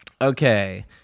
Okay